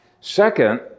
Second